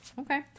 Okay